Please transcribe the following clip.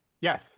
Yes